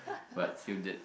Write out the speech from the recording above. but still did